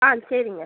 on சரிங்க